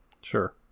sure